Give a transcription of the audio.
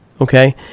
Okay